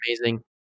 amazing